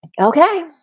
okay